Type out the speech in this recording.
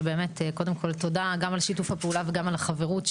שבאמת קודם כל תודה גם על שיתוף הפעולה וגם על החברות,